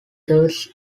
thirds